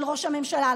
של ראש הממשלה,